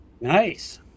Nice